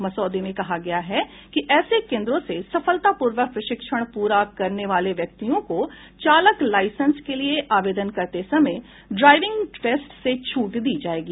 मसौदे में कहा गया है कि ऐसे केंद्रों से सफलतापूर्वक प्रशिक्षण पूरा करने वाले व्यक्तियों को चालक लाइसेंस के लिए आवेदन करते समय ड्राइविंग टेस्ट से छूट दी जाएगी